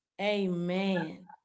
amen